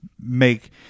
make